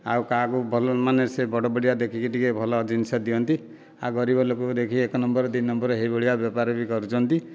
ଆଉ କାହାକୁ ମାନେ ସିଏ ବଡ଼ ବଡ଼ିଆ ଦେଖିକି ଟିକିଏ ଭଲ ଜିନିଷ ଦିଅନ୍ତି ଆଉ ଗରିବ ଲୋକଙ୍କୁ ଦେଖିକି ଏକ ନମ୍ବର ଦୁଇ ନମ୍ବର ଏହି ଭଳିଆ ବେପାର ବି କରୁଛନ୍ତି